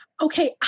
Okay